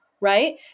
Right